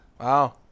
Wow